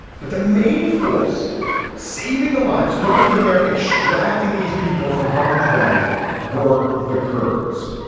but the main force saving the lives going in there extracting these people from harm's way were the kurds.